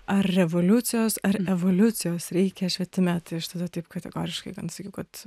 ar revoliucijos ar evoliucijos reikia švietime tai aš tada taip kategoriškai sakiau kad